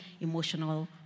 emotional